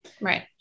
Right